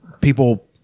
People